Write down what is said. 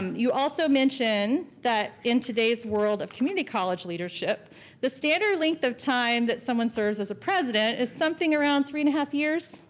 um you also mentioned that in today's world of community college leadership the standard length of time that someone serves as a president is something around three and a half years.